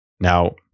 Now